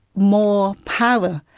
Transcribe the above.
more power,